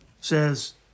says